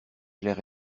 clair